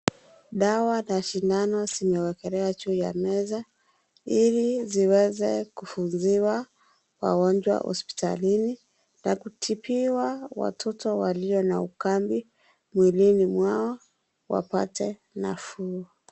Dawa na shindano zimewekelewa juu ya meza ili ziweze kufunziwa wagonjwa hospitalini na kutibiwa watoto walio na ukambi mwilini mwao wapate nafuu .